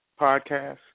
podcast